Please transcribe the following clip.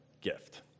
gift